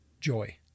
joy